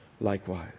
likewise